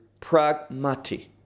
pragmati